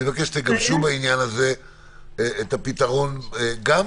אני מבקש שתגבשו בעניין הזה את הפתרון ולא